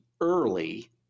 early